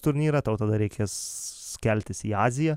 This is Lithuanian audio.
turnyrą tau tada reikės keltis į aziją